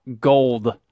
gold